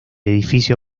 edificio